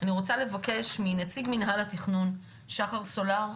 אני רוצה לבקש מנציג מנהל התכנון שחר סולר.